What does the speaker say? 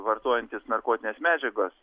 vartojantys narkotines medžiagas